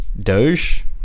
Doge